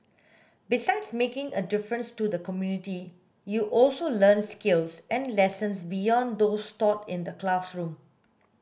besides making a difference to the community you also learn skills and lessons beyond those taught in the classroom